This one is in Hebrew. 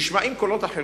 נשמעים קולות אחרים.